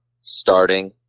starting